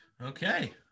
Okay